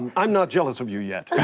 and i'm not jealous of you yet.